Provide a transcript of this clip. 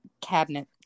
Cabinet